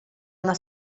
una